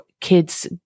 kids